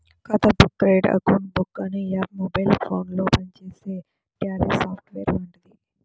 ఖాతా book credit account book అనే app mobile ఫోనులో పనిచేసే ట్యాలీ సాఫ్ట్ వేర్ లాంటిది